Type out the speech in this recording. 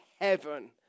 heaven